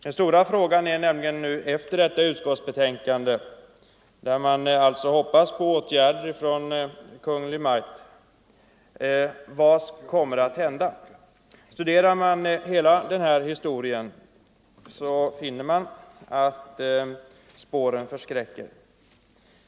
Den stora frågan efter detta utskottsbetänkande, där man alltså hoppas på åtgärder av Kungl. Maj:t, är nämligen: Vad kommer att hända? Studerar man hela historien finner man att spåren förskräcker.